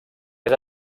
més